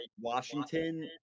Washington –